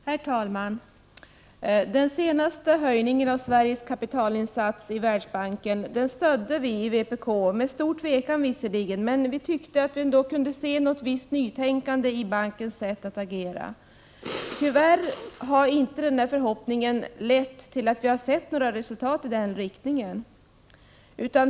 Herr talman! Den senaste höjningen av Sveriges kapitalinsats i Världsbanken stödde vii vpk, visserligen med stor tvekan. Vi tyckte ändå att vi kunde se ett visst nytänkande i bankens sätt att agera. Tyvärr har vi inte sett några resultat i den riktningen.